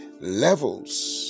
levels